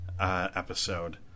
episode